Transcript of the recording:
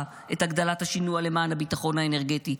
את הגדלת השינוע למען הביטחון האנרגטי.